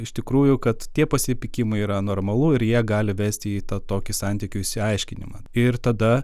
iš tikrųjų kad tie pasipykimai yra normalu ir jie gali vesti į tą tokį santykių išsiaiškinimą ir tada